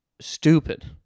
stupid